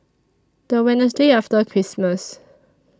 The Wednesday after Christmas